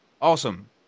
awesome